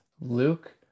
Luke